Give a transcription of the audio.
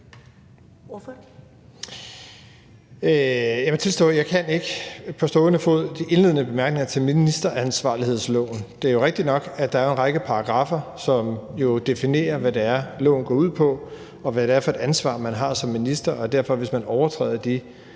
jeg ikke på stående fod kan de indledende bemærkninger til ministeransvarlighedsloven. Det er jo rigtigt nok, at der er en række paragraffer, som jo definerer, hvad det er, loven går ud på, og hvad det er for et ansvar, man har som minister, og at man derfor, hvis man overtræder de